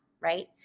right